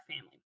family